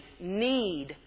need